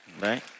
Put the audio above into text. right